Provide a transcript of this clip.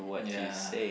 ya